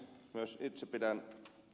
myös itse pidän ed